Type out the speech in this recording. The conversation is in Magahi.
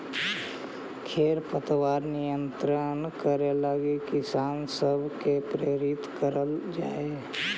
खेर पतवार नियंत्रण करे लगी किसान सब के प्रेरित करल जाए